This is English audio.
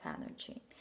energy